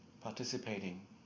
Participating